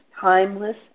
timeless